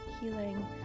healing